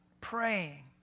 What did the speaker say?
Praying